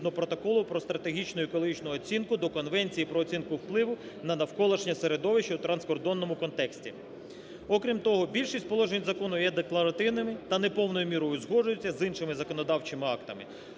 Протоколу про стратегічно-екологічну оцінку до Конвенції про оцінку впливу на навколишнє середовище у транскордонному контексті. Окрім того, більшість положень закону є декларативними та не повною мірою узгоджуються з іншими законодавчими актами.